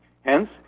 Hence